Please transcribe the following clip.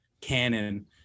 canon